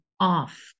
off